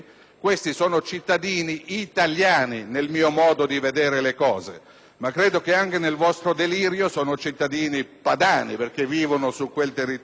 ma credo che, anche nel vostro delirio, sono cittadini padani, perché vivono su quel territorio. Vorrei attirare l'attenzione del Governo